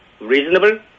reasonable